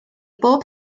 bob